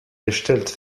gestellt